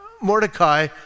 Mordecai